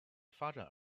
发展